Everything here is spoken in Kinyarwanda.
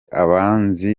abanzi